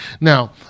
Now